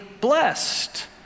blessed